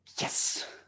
Yes